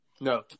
No